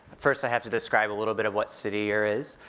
first i have to describe a little bit of what city year is.